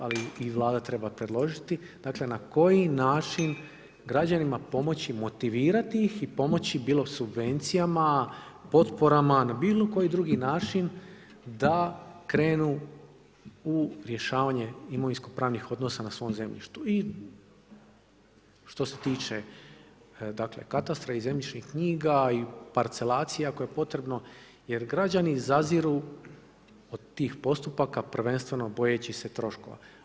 Ali i Vlada treba predložiti, dakle na koji način građanima pomoći motivirati ih i pomoći bilo subvencijama, potporama, na bilo koji drugi način da krenu u rješavanje imovinsko-pravnih odnosa na svom zemljištu i što se tiče katastra i zemljišnih knjiga i parcelacija ako je potrebno jer građani zaziru od tih postupaka prvenstveno bojeći se troškova.